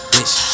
Bitch